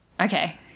Okay